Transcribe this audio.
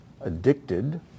addicted